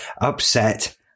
upset